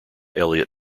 elliott